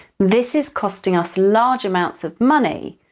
this is costing us large amounts of money,